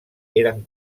eren